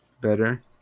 better